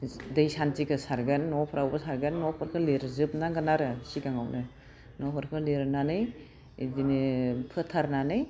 दै सान्थिखौ सारगोन न'फ्रावबो सारगोन न'फोरखौ लिरजोबनांगोन आरो सिगाङावनो न'फोरखौ लिरनानै बिदिनो फोथारनानै